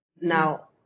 now